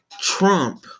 Trump